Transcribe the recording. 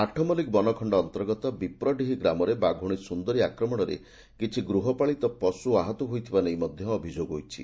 ଆଠମଲ୍କିକ ବନଖଣ ଅନ୍ତର୍ଗତ ବିପ୍ରଡିହି ଗ୍ରାମରେ ବାଘୁଣୀ ସୁନ୍ଦରୀ ଆକ୍ରମଣରେ କିଛି ଗୃହପାଳିତ ପଶୁ ଆହତ ହୋଇଥିବା ନେଇ ମଧ୍ଧ ଅଭିଯୋଗ ହୋଇଛି